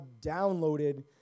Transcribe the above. downloaded